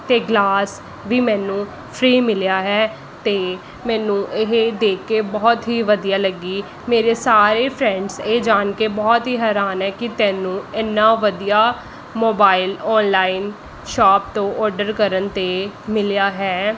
ਅਤੇ ਗਲਾਸ ਵੀ ਮੈਨੂੰ ਫਰੀ ਮਿਲਿਆ ਹੈ ਅਤੇ ਮੈਨੂੰ ਇਹ ਦੇਖ ਕੇ ਬਹੁਤ ਹੀ ਵਧੀਆ ਲੱਗੀ ਮੇਰੇ ਸਾਰੇ ਫਰੈਂਡਸ ਇਹ ਜਾਣ ਕੇ ਬਹੁਤ ਹੀ ਹੈਰਾਨ ਹੈ ਕਿ ਤੈਨੂੰ ਇੰਨਾ ਵਧੀਆ ਮੋਬਾਈਲ ਔਨਲਾਈਨ ਸ਼ੋਪ ਤੋਂ ਔਡਰ ਕਰਨ 'ਤੇ ਮਿਲਿਆ ਹੈ